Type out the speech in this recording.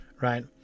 Right